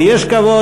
ויש כבוד,